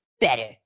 Better